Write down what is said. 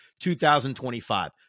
2025